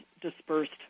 dispersed